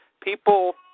people